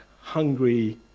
hungry